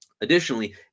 Additionally